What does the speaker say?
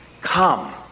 Come